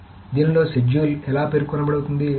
కాబట్టి దీనిలో షెడ్యూల్ ఎలా పేర్కొనబడుతుంది